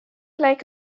like